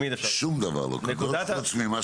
שום דבר לא קדוש, חוץ ממה